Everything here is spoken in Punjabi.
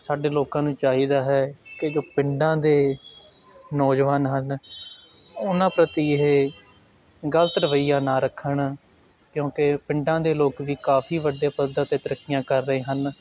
ਸਾਡੇ ਲੋਕਾਂ ਨੂੰ ਚਾਹੀਦਾ ਹੈ ਕਿ ਜੋ ਪਿੰਡਾਂ ਦੇ ਨੌਜਵਾਨ ਹਨ ਉਹਨਾਂ ਪ੍ਰਤੀ ਇਹ ਗਲਤ ਰਵੱਈਆ ਨਾ ਰੱਖਣ ਕਿਉਂਕਿ ਪਿੰਡਾਂ ਦੇ ਲੋਕ ਵੀ ਕਾਫੀ ਵੱਡੇ ਪੱਧਰ 'ਤੇ ਤਰੱਕੀਆਂ ਕਰ ਰਹੇ ਹਨ